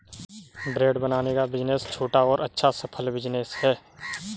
bread बनाने का business छोटा और अच्छा सफल बिज़नेस है